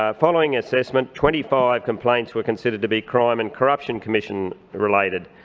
ah following assessment, twenty five complaints were considered to be crime and corruption commission related.